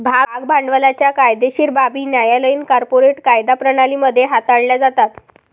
भाग भांडवलाच्या कायदेशीर बाबी न्यायालयीन कॉर्पोरेट कायदा प्रणाली मध्ये हाताळल्या जातात